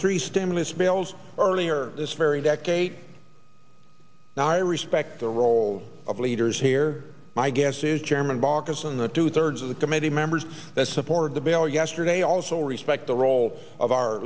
three stimulus bills earlier this ferry that gate now i respect the role of leaders here my guess is chairman baucus and the two thirds of the committee members that supported the bail yesterday also respect the role of our